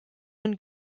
man